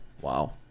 Wow